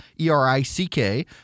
E-R-I-C-K